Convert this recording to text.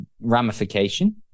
ramification